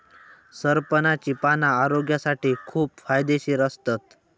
सरपणाची पाना आरोग्यासाठी खूप फायदेशीर असतत